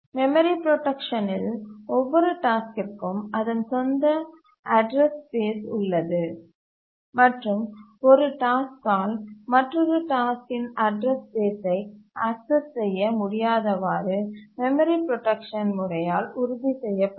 memory புரோடக்சனில் ஒவ்வொரு டாஸ்க்கிற்கும் அதன் சொந்த அட்ரஸ் ஸ்பேஸ் உள்ளது மற்றும் ஒரு டாஸ்க்கால் மற்றொரு டாஸ்க்கின் அட்ரஸ் ஸ்பேஸ்சை ஆக்சஸ் செய்ய முடியாதவாறு மெமரி புரோடக்சன் முறையால் உறுதி செய்யப்படும்